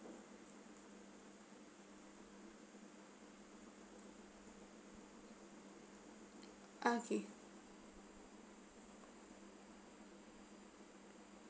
okay